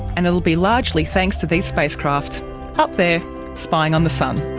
and it will be largely thanks to these spacecraft up there spying on the sun.